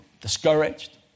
Discouraged